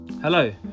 Hello